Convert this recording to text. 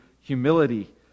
humility